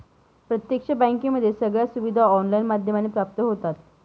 प्रत्यक्ष बँकेमध्ये सगळ्या सुविधा ऑनलाईन माध्यमाने प्राप्त होतात